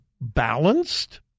balanced